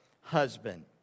husband